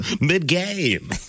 mid-game